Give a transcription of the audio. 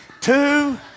Two